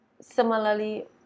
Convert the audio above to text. similarly